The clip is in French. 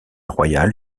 royale